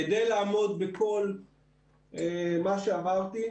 כדי לעמוד בכל מה שאמרתי,